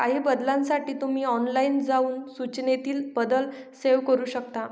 काही बदलांसाठी तुम्ही ऑनलाइन जाऊन सूचनेतील बदल सेव्ह करू शकता